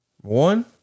one